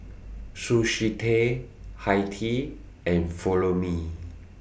Sushi Tei Hi Tea and Follow Me